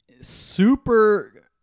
Super